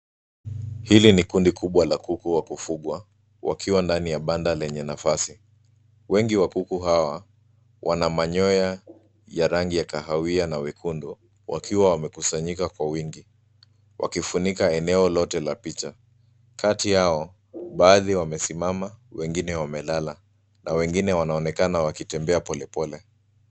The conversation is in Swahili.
Hili ni kundi kubwa la kuku wa kufugwa wakiwa ndani ya banda lenye nafasi. Wengi wa kuku hawa wana manyoya ya rangi ya kahawia na wekundu wakiwa wamekusanyika kwa wingi wakifunika eneo lote la picha. Kati yao baadhi wamesimama wengine wamelala na wengine wanaonekana wakitembea pole pole.